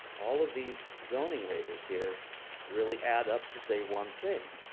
all of these zoning waivers here really add up to say one thing.